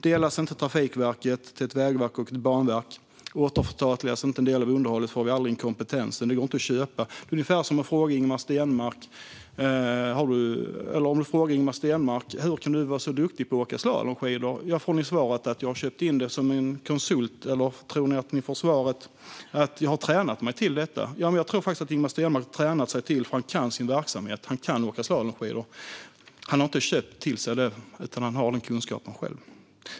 Om Trafikverket inte delas i ett vägverk och ett banverk och om en del av underhållet inte återförstatligas får vi aldrig in kompetensen. Detta går inte att köpa. Det är ungefär som att fråga Ingemar Stenmark hur han kan vara så duktig på att åka slalomskidor. Tror ni att svaret blir "Jag har köpt in detta som en konsulttjänst" eller "Jag har tränat mig till detta"? Jag tror faktiskt att Ingemar Stenmark har tränat sig till det. Han kan sin verksamhet. Han kan åka slalomskidor. Han har inte köpt detta, utan han har den kunskapen själv.